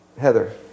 Heather